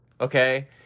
okay